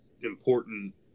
important